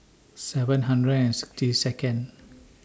seven hundred and sixty Second